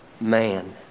man